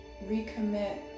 Recommit